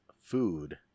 food